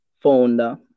founder